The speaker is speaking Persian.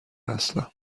هستم